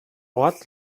ort